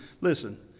listen